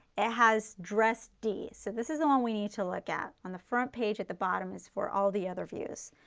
it has dress d. so this is the one we need to look at, on the front page at the bottom is for all the other views.